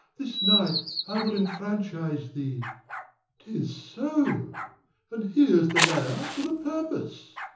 this night i will enfranchise thee tis so and here's the ladder for the purpose.